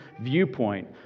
viewpoint